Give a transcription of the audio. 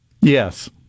Yes